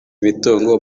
imitungo